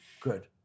Good